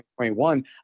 2021